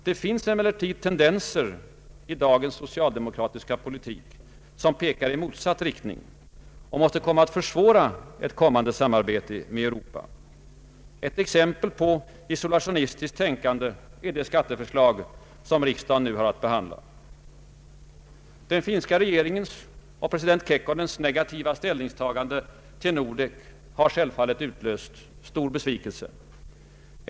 Det finns emellertid tendenser i dagens socialdemokratiska politik som pekar i motsatt riktning och som måste komma att försvåra vårt kommande samarbete med Europa. Ett exempel på isolationistiskt tänkande är det skatteförslag riksdagen nu har att behandla. Den finska regeringens och president Kekkonens negativa ställningstagande till Nordek har självfallet utlöst stor besvikelse.